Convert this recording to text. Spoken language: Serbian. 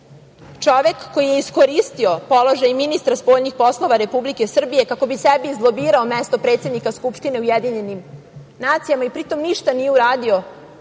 Čovek koji je iskoristio položaj ministra spoljnih poslova Republike Srbije kako bi sebi izlobirao mesto predsednika Skupštine UN i pri tom nije ništa uradio